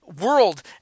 world